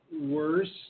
worse